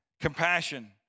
compassion